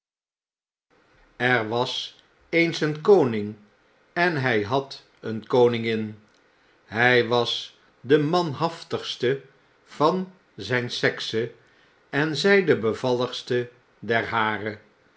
er was eens een koning en hy had een koningin hij was de manhaftigste van zyn sexe en zy de bevalligste der hare